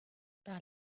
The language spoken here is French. par